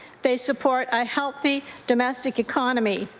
they support a healthy, domestic economy.